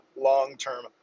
long-term